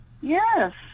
Yes